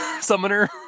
summoner